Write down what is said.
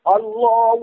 Allah